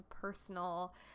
personal